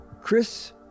Chris